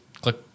click